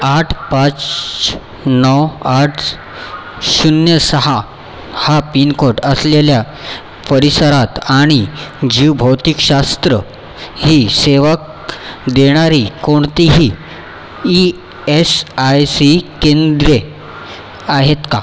आठ पाच नऊ आठ शून्य सहा हा पिनकोड असलेल्या परिसरात आणि जीवभौतिकशास्त्र ही सेवक देणारी कोणतीही ई एस आय सी केंद्रे आहेत का